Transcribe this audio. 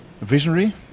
visionary